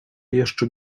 jeszcze